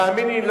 תאמין לי,